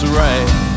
right